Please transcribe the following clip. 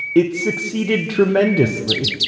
it succeeded tremendously,